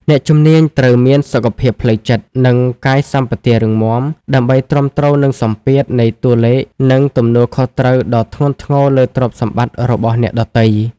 អ្នកជំនាញត្រូវមានសុខភាពផ្លូវចិត្ត និងកាយសម្បទារឹងមាំ ដើម្បីទ្រាំទ្រនឹងសម្ពាធនៃតួលេខ និងទំនួលខុសត្រូវដ៏ធ្ងន់ធ្ងរលើទ្រព្យសម្បត្តិរបស់អ្នកដទៃ។